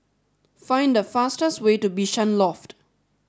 find the fastest way to Bishan Loft